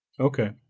Okay